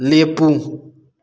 ꯂꯦꯞꯄꯨ